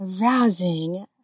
arousing